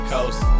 Coast